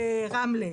ברמלה,